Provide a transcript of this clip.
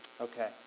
Okay